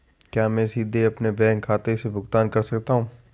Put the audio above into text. क्या मैं सीधे अपने बैंक खाते से भुगतान कर सकता हूं?